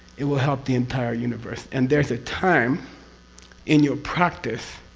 it will help the entire universe, and there's a time in your practice,